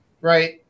right